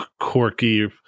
quirky